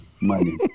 money